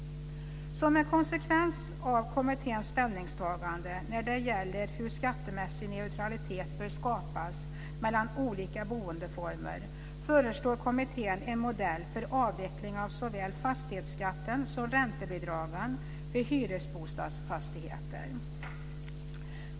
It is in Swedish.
Som en konsekvens av kommitténs ställningstagande när det gäller hur skattemässig neutralitet bör skapas mellan olika boendeformer föreslår kommittén en modell för avveckling av såväl fastighetsskatten som räntebidragen för hyresbostadsfastigheter.